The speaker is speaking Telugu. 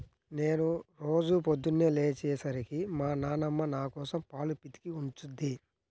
నేను రోజూ పొద్దన్నే లేచే సరికి మా నాన్నమ్మ నాకోసం పాలు పితికి ఉంచుద్ది